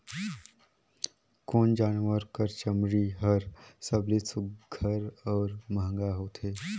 कोन जानवर कर चमड़ी हर सबले सुघ्घर और महंगा होथे?